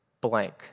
blank